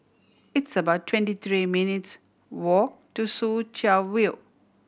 it's about twenty three minutes' walk to Soo Chow View